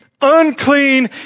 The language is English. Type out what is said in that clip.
unclean